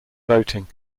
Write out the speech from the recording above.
boating